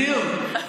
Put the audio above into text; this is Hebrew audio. בדיוק.